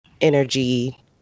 energy